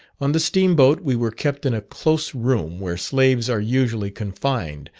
on the steam-boat we were kept in a close room where slaves are usually confined,